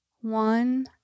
One